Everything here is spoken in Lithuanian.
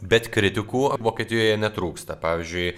bet kritikų vokietijoje netrūksta pavyzdžiui